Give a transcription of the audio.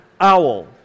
owl